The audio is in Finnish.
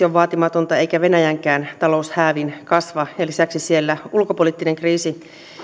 esimerkiksi on vaatimatonta eikä venäjänkään talous häävisti kasva ja lisäksi siellä ulkopoliittinen kriisi